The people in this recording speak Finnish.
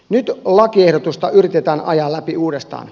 nyt lakiehdotusta yritetään ajaa läpi uudestaan